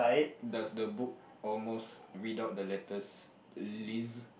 does the book almost read out the letters Liz